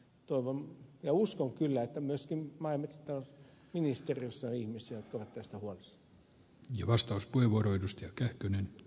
toivon ja uskon kyllä että myöskin maa ja metsätalousministeriössä on ihmisiä jotka ovat tästä huolissaan